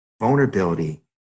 vulnerability